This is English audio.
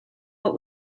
but